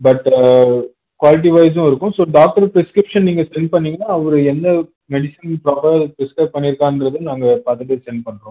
but குவாலிட்டிவைஸும் இருக்கும் so doctor prescription நீங்கள் சென்ட் பண்ணிங்கனால் அவர் என்ன மெடிசன் ப்ரொவைட் ப்ரிஸ்க்ரைப் பண்ணியிருக்காருன்றத நாங்கள் பார்த்துட்டு சென்ட் பண்ணுறோம்